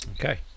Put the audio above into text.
Okay